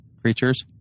creatures